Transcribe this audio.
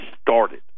started